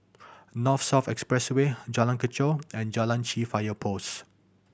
North South Expressway Jalan Kechot and Chai Chee Fire Post